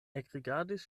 ekrigardis